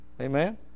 Amen